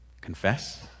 Confess